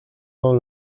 dans